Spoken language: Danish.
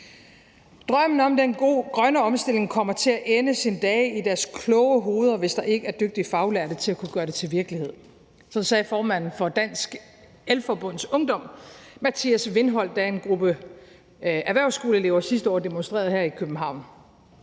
Drømmen om den grønne omstilling kommer til at ende sine dage i deres kloge hoveder, hvis der ikke er dygtige faglærte til at kunne gøre dem til virkelighed. Sådan sagde formanden for Dansk El-Forbund Ungdom, Mathias Vinholt, da en gruppe erhvervsskoleelever sidste år demonstrerede her i København.